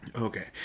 Okay